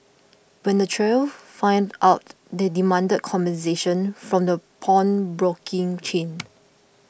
when the trio found out they demanded compensation from the pawnbroking chain